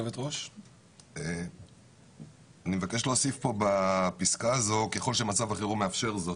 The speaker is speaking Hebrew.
אני מבקש להוסיף כאן "ככל שמצב החירום מאפשר זאת"